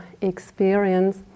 experience